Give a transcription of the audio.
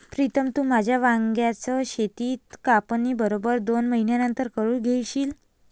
प्रीतम, तू तुझ्या वांग्याच शेताची कापणी बरोबर दोन महिन्यांनंतर करून घेशील